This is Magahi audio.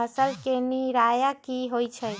फसल के निराया की होइ छई?